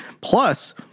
Plus